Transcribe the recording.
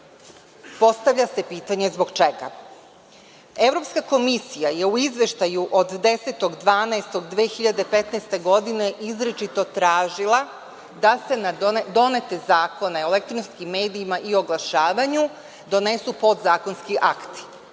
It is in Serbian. Postavlja se pitanje – zbog čega? Evropska komisija je u izveštaju od 10. decembra 2015. godine izričito tražila da se na donete zakone o elektronskim medijima i oglašavanju donesu podzakonski akti.